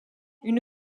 une